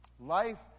Life